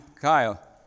Kyle